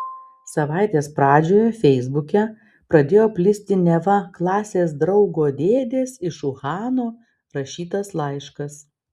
savaitės pradžioje feisbuke pradėjo plisti neva klasės draugo dėdės iš uhano rašytas laiškas